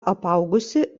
apaugusi